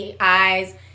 eyes